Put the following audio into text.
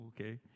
okay